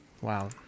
Wow